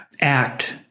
act